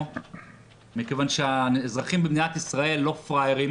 מכיוון שהאזרחים במדינת ישראל לא פראיירים